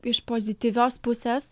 iš pozityvios pusės